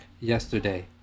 yesterday